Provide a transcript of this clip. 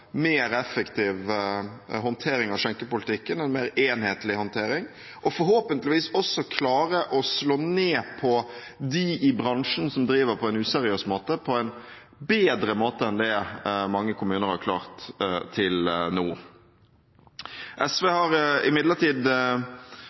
mer effektiv håndtering av skjenkepolitikken, en mer enhetlig håndtering, og forhåpentlig også klare å slå ned på dem i bransjen som driver på en useriøs måte, på en bedre måte enn det mange kommuner har klart til nå. SV har imidlertid